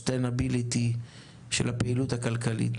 Sustainability של הפעילות הכלכלית,